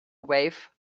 wave